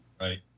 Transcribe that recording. Right